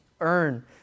earn